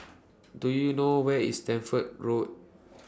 Do YOU know Where IS Stamford Road